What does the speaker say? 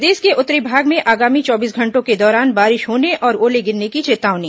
प्रदेश के उत्तरी भाग में आगामी चौबीस घंटों के दौरान बारिश होने और ओले गिरने की चेतावनी